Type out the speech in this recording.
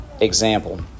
Example